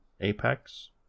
Apex